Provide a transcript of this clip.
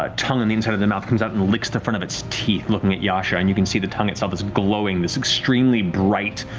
ah tongue on the inside of the mouth comes out and licks the front of its teeth looking at yasha, and you can see the tongue itself is glowing this extremely bright,